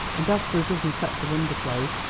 and as for a dozen sets of underclothes,